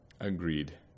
Agreed